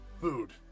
food